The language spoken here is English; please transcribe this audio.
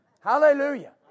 Hallelujah